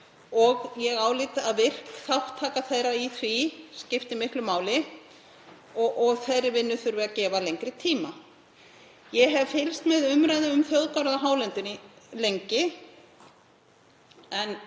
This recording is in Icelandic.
Ég álít að virk þátttaka þeirra í því skipti miklu máli og að þeirri vinnu þurfi að gefa lengri tíma. Ég hef fylgst með umræðu um þjóðgarð á hálendinu lengi en